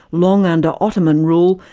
long under ottoman rule,